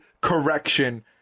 correction